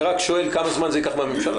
אני רק שואל כמה זמן זה ייקח לממשלה.